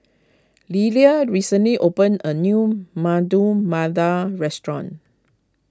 Lillia recently opened a new Medu Vada restaurant